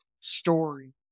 story